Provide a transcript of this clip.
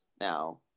now